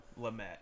Lamette